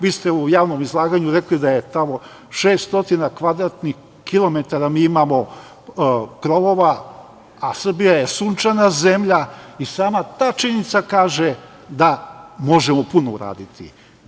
Vi ste u javnom izlaganju rekli da je tamo 600 kvadratnih kilometara mi imamo krovova, a Srbija je sunčana zemlja i sama ta činjenica kaže da možemo puno uraditi.